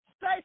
say